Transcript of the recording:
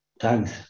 Thanks